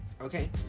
okay